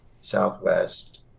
Southwest